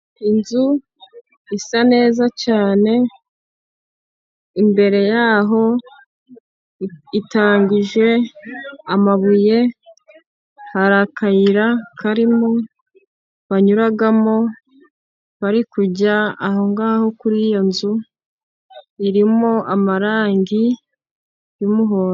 Inzu isa neza cyane, imbere yayo itangije amabuye, hari akayira karimo, banyuramo bari kujya aho ngaho kuri iyo nzu, irimo amarangi y'umuho..